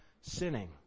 sinning